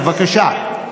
בבקשה.